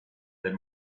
del